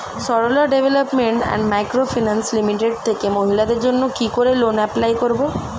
Sarala development and micro finance limited থেকে মহিলাদের জন্য কি করে লোন এপ্লাই করব?